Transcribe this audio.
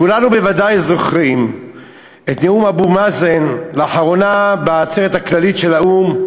כולנו בוודאי זוכרים את נאום אבו מאזן לאחרונה בעצרת הכללית של האו"ם,